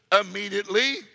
immediately